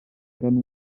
erano